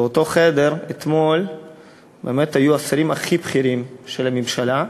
באותו חדר אתמול היו באמת השרים הכי בכירים של הממשלה,